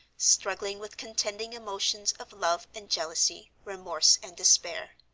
struggling with contending emotions of love and jealousy, remorse and despair.